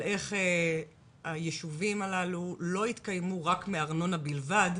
איך שהיישובים הללו לא יתקיימו רק מארנונה בלבד,